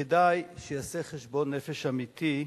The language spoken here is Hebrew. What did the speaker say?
כדאי שיעשה חשבון נפש אמיתי,